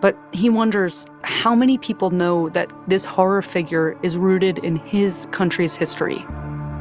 but he wonders how many people know that this horror figure is rooted in his country's history